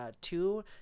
two